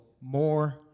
more